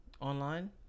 Online